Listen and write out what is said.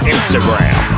Instagram